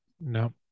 no